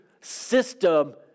system